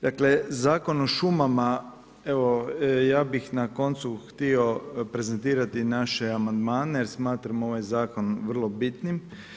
Dakle, Zakon o šumama evo, ja bih na koncu htio prezentirati naše amandmane jer smatramo ovaj Zakon vrlo bitnim.